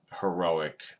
heroic